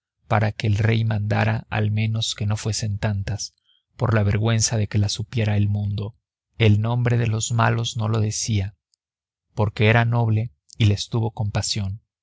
para que el rey mandara al menos que no fuesen tantas por la vergüenza de que las supiera el mundo el nombre de los malos no lo decía porque era noble y les tuvo compasión